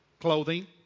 clothing